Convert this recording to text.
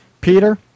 Peter